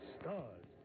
Stars